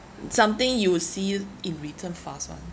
something you will see in return fast [one]